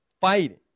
fighting